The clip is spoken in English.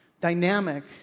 dynamic